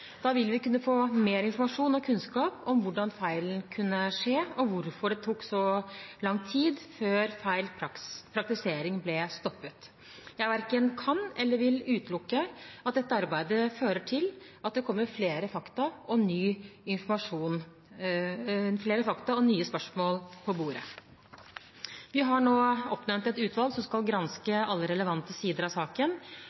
Da vil vi kunne få mer informasjon og kunnskap om hvordan feilen kunne skje, og hvorfor det tok så lang tid før feil praktisering ble stoppet. Jeg verken kan eller vil utelukke at dette arbeidet fører til at det kommer flere fakta og nye spørsmål på bordet. Vi har nå oppnevnt et utvalg som skal